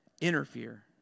interfere